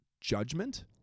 judgment